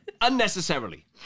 unnecessarily